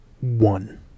one